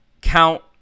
count